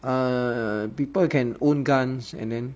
err people can own guns and then